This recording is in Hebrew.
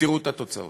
ותראו את התוצאות.